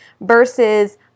versus